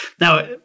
now